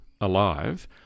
alive